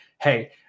hey